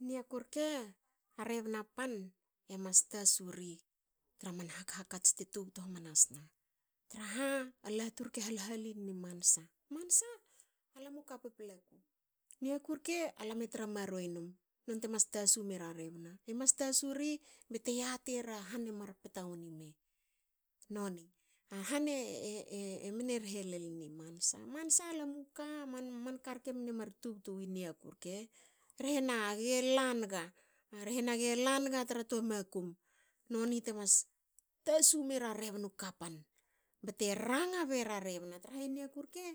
Niaku rke a rebna pan e mas tasu ri tra man hak hakats te tubtu hamanasna, traha a latu rke e hal halinni mansa. Mansa lamu ka paplaku. niaku rke lame tra maruei num nonte mas tasu mera rebna. E mas tasu ri bte yatere ra han e mar pta woni me noni. A han mne rhe lolni mansa. mansa lamu ka. manka rke mne mar tubtu wi niaku rke. Hrena ge langa. hre na ge langa tra toa makum noni te mas tasu mera rebnu kapan bte ranga bena rebna traha i niaku rke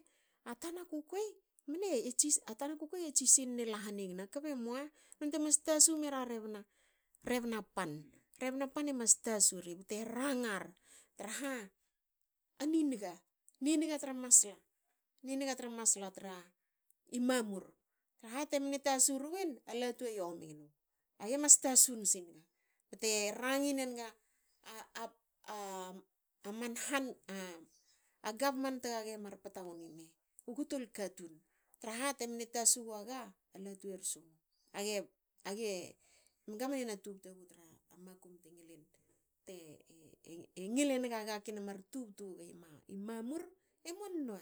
a tana kukuei men tsinne. a tana kukuei e tsi sinna la hanigna kbe mua. nonte mas tasu mera rebna pan. Rebna pan e mas tasu ri bte rangar traha a ninga. a ninga tra masla. a ninga tra masla i mamur traha temne tasu ruin. a latu e yomi nu. A ge mas tasu singa bte rangi nenga a man han. a gavman tagaga latu e latu e rusna. Age. age. age. age. mne na tubtu gu tra makum te ngil ngil enga ga kena mar tub tubei i mamur. emoa nwe.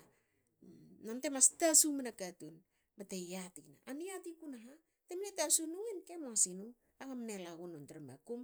Nonte mas tasu mna katun bte yatina. A niati kunaha. temne tasuin kemoa ku nasinu. gamne lagu tra non tra makum.